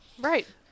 Right